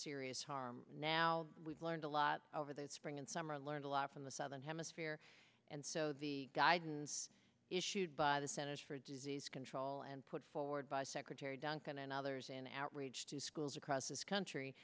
serious harm now we've learned a lot over the spring and summer learned a lot from the southern hemisphere and so the guidance issued by the centers for disease control and put forward by secretary duncan and others an outrage to schools across this country